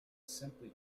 simply